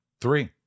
Three